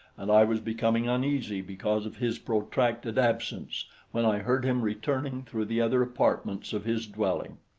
and i was becoming uneasy because of his protracted absence when i heard him returning through the other apartments of his dwelling.